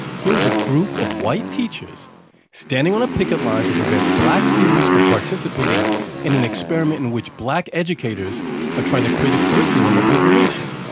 here is a group of white teachers standing on a picket line to prevent black students from participating in an experiment in which black educators are trying to create a curriculum of liberation.